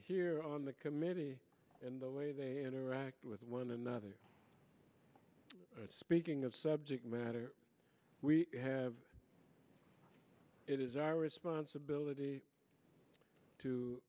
here on the committee and the way they interact with one another speaking of subject matter we have it is our responsibility to